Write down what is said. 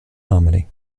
harmony